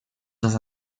dans